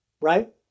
Right